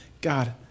God